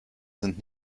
sind